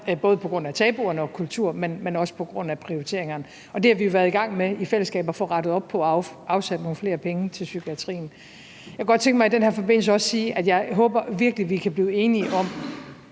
både på grund af tabuerne og kulturen, men også på grund af prioriteringerne, og det har vi jo været i gang med i fællesskab at få rettet op på – få afsat nogle flere penge til psykiatrien. Jeg kunne godt tænke mig i den her forbindelse også at sige, at jeg virkelig håber, at vi kan blive enige om,